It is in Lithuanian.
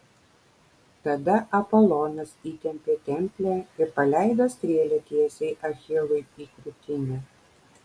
tada apolonas įtempė templę ir paleido strėlę tiesiai achilui į krūtinę